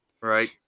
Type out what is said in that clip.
Right